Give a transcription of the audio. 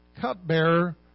cupbearer